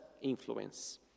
influence